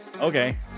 Okay